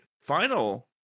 final